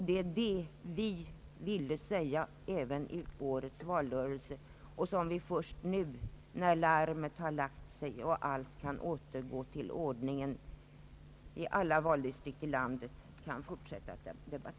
Det var detta vi ville säga även i årets valrörelse och som vi kan fortsätta att debattera först nu när larmet lagt sig och allt kan återgå till ordningen i alla valdistrikt i landet.